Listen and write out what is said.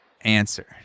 answer